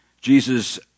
Jesus